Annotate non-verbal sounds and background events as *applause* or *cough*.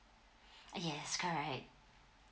*breath* yes correct